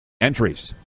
entries